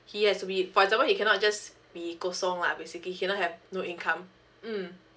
he has to be for example he cannot just be kosong lah basically cannot have no income mm